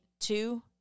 two